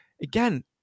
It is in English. again